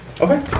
Okay